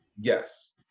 Yes